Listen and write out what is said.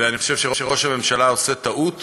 ואני חושב שראש הממשלה עושה טעות